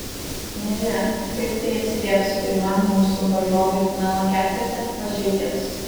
nežinia kaip tai atsilieps pirmam mūsų varžovui finalo ketverte mažeikiams